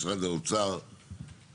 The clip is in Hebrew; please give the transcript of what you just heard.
משרד האוצר,